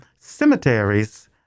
cemeteries